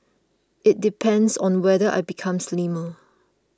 it depends on whether I become slimmer